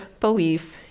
belief